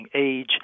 age